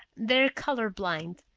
they're color-blind.